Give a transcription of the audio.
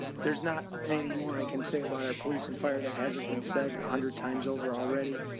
there's not anything more i can say about our police and fire that hasn't been said a hundred times over already.